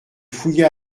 fouilla